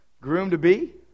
groom-to-be